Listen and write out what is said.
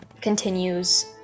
continues